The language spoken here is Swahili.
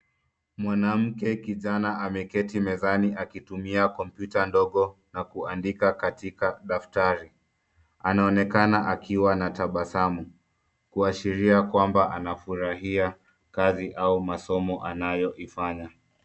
Mwanamke kijana ameketi mezani akitumia kompyuta ndogo na kuandika katika daftari. Anaonekana akiwa na tabasamu kuashiria kwamba anafurahia kazi au masomo anayoifanya.